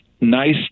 nice